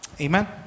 Amen